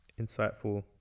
insightful